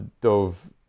dove